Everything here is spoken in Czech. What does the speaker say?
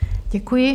Děkuji.